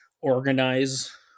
organize